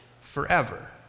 forever